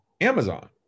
Amazon